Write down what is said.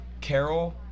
Carol